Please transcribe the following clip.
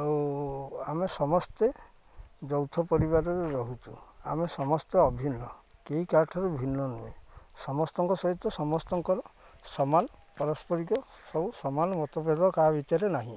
ଆଉ ଆମେ ସମସ୍ତେ ଯୌଥ ପରିବାରରେ ରହୁଛୁ ଆମେ ସମସ୍ତେ ଅଭିନ୍ନ କେହି କାଠାରୁ ଭିନ୍ନ ନୁହେଁ ସମସ୍ତଙ୍କ ସହିତ ସମସ୍ତଙ୍କର ସମାନ ପରସ୍ପରିକ ସବୁ ସମାନ ମତଭେଦ କାହା ଭିତରେ ନାହିଁ